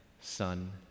son